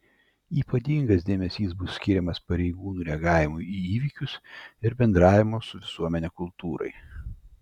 ypatingas dėmesys bus skiriamas pareigūnų reagavimui į įvykius ir bendravimo su visuomene kultūrai